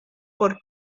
por